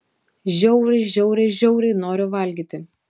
žiauriai žiauriai žiauriai noriu valgyti